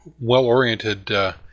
well-oriented